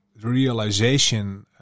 realization